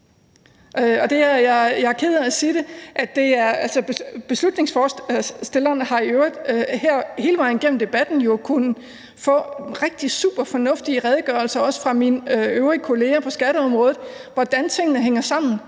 Jeg er ked af at sige det. Beslutningsforslagsstilleren har i øvrigt her hele vejen igennem debatten kunnet få superfornuftige redegørelser fra mine øvrige kolleger på skatteområdet om, hvordan tingene hænger sammen.